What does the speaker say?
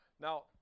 Now